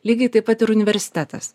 lygiai taip pat ir universitetas